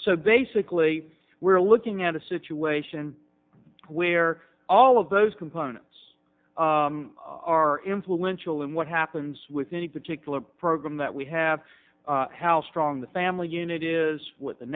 so basically we're looking at a situation where all of those components are influential in what happens with any particular program that we have how strong the family unit is what the